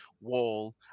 wall